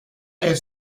est